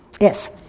Yes